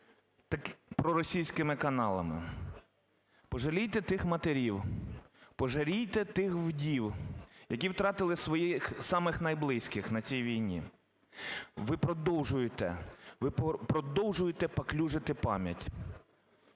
проросійськими каналами, пожалійте тих матерів, пожалійте тих вдів, які втратили своїх самих найблизьких на цій війні. Ви продовжуєте, ви продовжуєте паплюжити пам'ять.